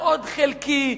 מאוד חלקי,